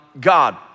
God